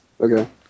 Okay